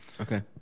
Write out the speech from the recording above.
Okay